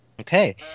Okay